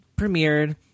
premiered